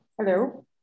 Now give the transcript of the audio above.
Hello